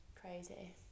Crazy